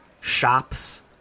shops